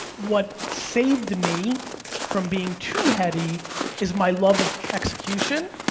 what saved me from being too heavy is my love of execution,